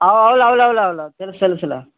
ఆవ్ అవునవునవును తెలుసు తెలుసుల